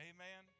Amen